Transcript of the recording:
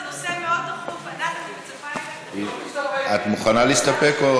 זה נושא מאוד דחוף, את מוכנה להסתפק?